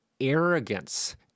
arrogance—